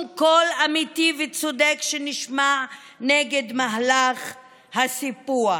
קול אמיתי וצודק שנשמע נגד מהלך הסיפוח.